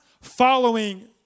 following